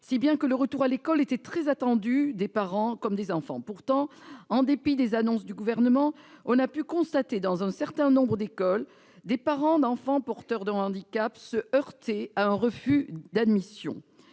si bien que le retour à l'école était très attendu des parents comme des enfants. Pourtant, en dépit des annonces du Gouvernement, on a pu constater, dans un certain nombre d'écoles, que des parents d'enfant porteur d'un handicap se heurtaient à un refus d'admission.